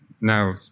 now